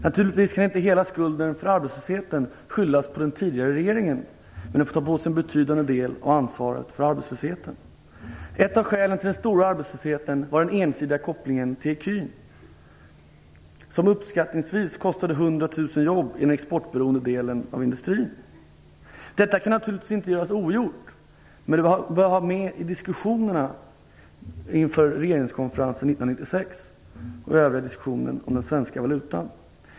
Naturligtvis kan inte hela skulden för arbetslösheten läggas på den tidigare regeringen, men den får ta en betydande del av ansvaret för arbetslösheten. Ett av skälen till den stora arbetslösheten var den ensidiga kopplingen till ecun, som uppskattningsvis kostade 100 000 jobb i den exportberoende delen av industrin. Detta kan naturligtvis inte göras ogjort, men det är bra att ha med i diskussionerna inför regeringskonferensen 1996 och i diskussionen om den svenska valutan.